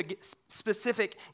specific